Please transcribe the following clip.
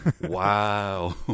Wow